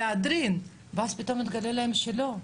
למהדרין ואז פתאום מתגלה להם שלא,